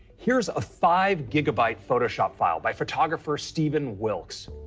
here is a five-gigabyte photoshop file by photographer stephen wilkes.